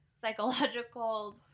psychological